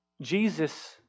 Jesus